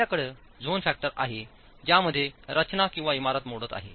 आपल्याकडे zone factor आहे ज्यामध्ये रचना किंवा इमारत मोडत आहे